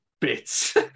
bits